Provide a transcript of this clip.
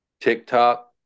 TikTok